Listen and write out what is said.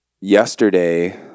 yesterday